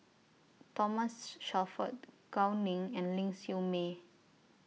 Thomas Shelford Gao Ning and Ling Siew May